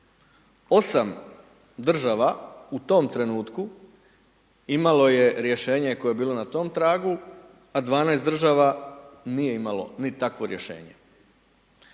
Osam država u tom trenutku imalo je rješenje koje je bilo na tom tragu, a 12 država nije imalo ni takvo rješenje.